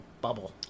bubble